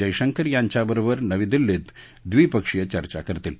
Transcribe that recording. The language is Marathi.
जयशंकर यांच्याबरोबर नवी दिल्लीत द्विपक्षीय चर्चा करतील